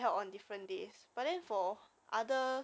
not awhile lor mm